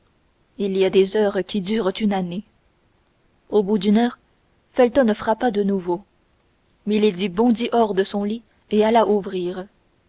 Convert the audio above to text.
il y a des heures qui durent une année au bout d'une heure felton frappa de nouveau milady bondit hors de son lit et alla ouvrir